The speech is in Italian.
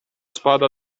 spada